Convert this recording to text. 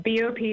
BOP